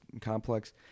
complex